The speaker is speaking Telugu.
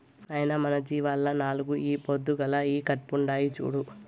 నాయనా మన జీవాల్ల నాలుగు ఈ పొద్దుగాల ఈకట్పుండాయి చూడు